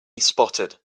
spotted